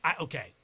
Okay